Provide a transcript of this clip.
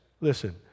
listen